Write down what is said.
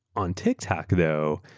on tiktok though,